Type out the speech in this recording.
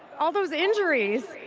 all those injuries!